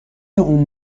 اون